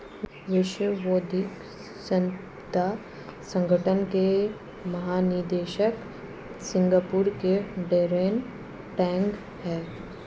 विश्व बौद्धिक संपदा संगठन के महानिदेशक सिंगापुर के डैरेन टैंग हैं